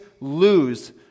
lose